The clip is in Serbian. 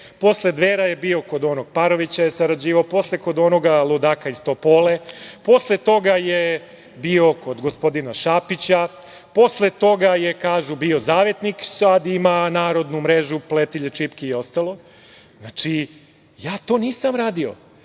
posle Dvera je bio kod onog Parovića je sarađivao, posle kod onog ludaka iz Topole, posle toga je bio kod gospodina Šapića, posle toga je, kažu, bio Zavetnik, sada ima narodnu mrežu, pletilje, čipke i ostalo. Znači, ja to nisam radio.